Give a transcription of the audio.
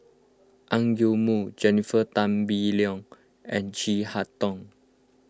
Ang Yoke Mooi Jennifer Tan Bee Leng and Chin Harn Tong